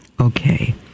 Okay